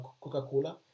Coca-Cola